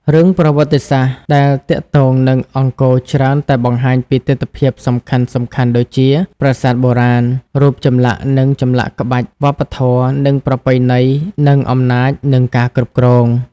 រឿងប្រវត្តិសាស្ត្រដែលទាក់ទងនឹងអង្គរច្រើនតែបង្ហាញពីទិដ្ឋភាពសំខាន់ៗដូចជា ប្រាសាទបុរាណ រូបចម្លាក់និងចម្លាក់ក្បាច់ វប្បធម៌និងប្រពៃណីនិងអំណាចនិងការគ្រប់គ្រង។